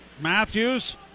Matthews